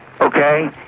Okay